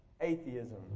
atheism